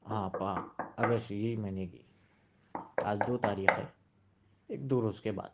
ہاں پاں اگر میں نے کی آج دو تاریخ ہے ایک دو روز کے بعد